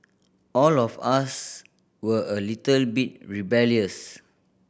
all of us were a little bit rebellious